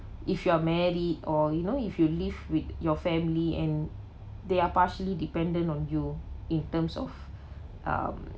if you are married or you know if you live with your family and they are partially dependent on you in terms of um